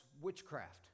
witchcraft